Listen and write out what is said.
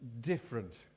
different